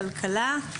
הכלכלה.